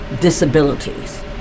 disabilities